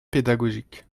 pédagogique